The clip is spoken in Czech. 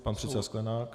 Pan předseda Sklenák?